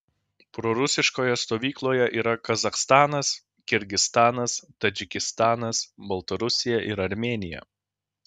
prorusiškoje stovykloje yra kazachstanas kirgizstanas tadžikistanas baltarusija ir armėnija